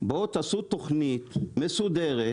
תעשו תכנית מסודרת